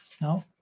no